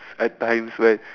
at times where